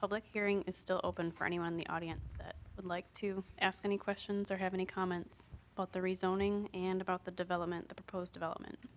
public hearing is still open for anyone in the audience that would like to ask any questions or have any comments about the rezoning and about the development the proposed development